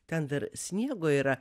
ten dar sniego yra